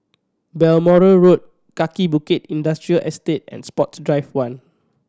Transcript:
Balmoral Road Kaki Bukit Industrial Estate and Sports Drive One